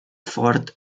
fort